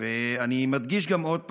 ואני מדגיש גם עוד פעם,